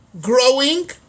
growing